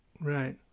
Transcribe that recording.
Right